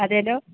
അതെ അല്ലോ